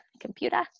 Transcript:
computer